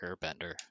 airbender